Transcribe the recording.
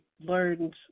learned